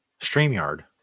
StreamYard